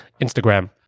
Instagram